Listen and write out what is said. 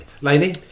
Lainey